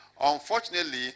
Unfortunately